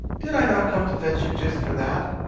did i not come to fetch you just for that?